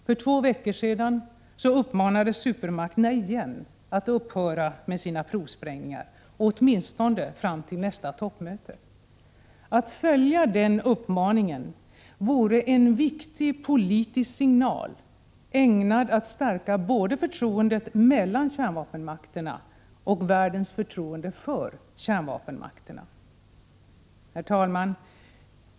För två veckor sedan uppmanades supermakterna igen att upphöra med sina provsprängningar, åtminstone fram till nästa toppmöte. Att följa denna uppmaning vore en viktig politisk signal ägnad att stärka både förtroendet mellan kärnvapenmakterna och världens förtroende för kärnvapenmakterna. Herr talman!